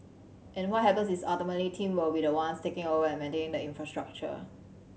and what happens is ultimately team will be the ones taking over and maintaining the infrastructure